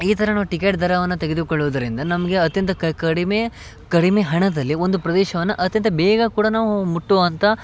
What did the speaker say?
ಈ ಥರ ನಾವು ಟಿಕೆಟ್ ದರವನ್ನು ತೆಗೆದುಕೊಳ್ಳುವುದರಿಂದ ನಮಗೆ ಅತ್ಯಂತ ಕಡಿಮೆ ಕಡಿಮೆ ಹಣದಲ್ಲಿ ಒಂದು ಪ್ರದೇಶವನ್ನು ಅತ್ಯಂತ ಬೇಗ ಕೂಡ ನಾವು ಮುಟ್ಟುವಂಥ